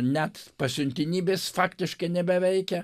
net pasiuntinybės faktiškai nebeveikia